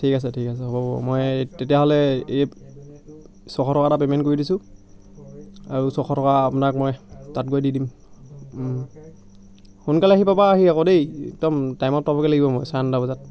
ঠিক আছে ঠিক আছে হ'ব বাৰু মই তেতিয়াহ'লে এই ছশ টকা এটা পেমেণ্ট কৰি দিছোঁ আৰু ছশ টকা আপোনাক মই তাত গৈ দি দিম সোনকালে আহি পাবা আকৌ দেই একদম টাইমত পাবগৈ লাগিব মই চাৰে নটা বজাত